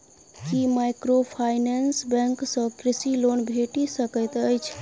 की microfinance bank सँ कृषि loan भेटि सकैत अछि?